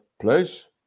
place